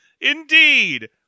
indeed